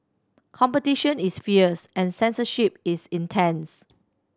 competition is fierce and censorship is intense